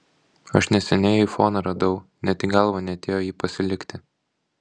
aš neseniai aifoną radau net į galvą neatėjo jį pasilikti